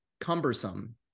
cumbersome